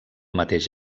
mateix